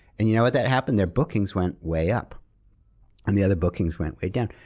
and you know what that happened? their bookings went way up and the other bookings went way down.